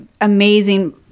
amazing